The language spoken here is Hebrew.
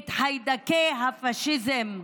את חיידקי הפשיזם.